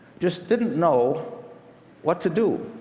just didn't know what to do.